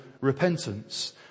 repentance